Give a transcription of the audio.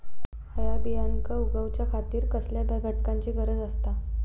हया बियांक उगौच्या खातिर कसल्या घटकांची गरज आसता?